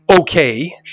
Okay